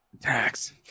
Tax